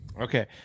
Okay